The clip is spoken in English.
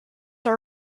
are